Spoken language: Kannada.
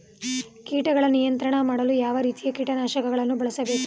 ಕೀಟಗಳ ನಿಯಂತ್ರಣ ಮಾಡಲು ಯಾವ ರೀತಿಯ ಕೀಟನಾಶಕಗಳನ್ನು ಬಳಸಬೇಕು?